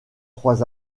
trois